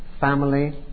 family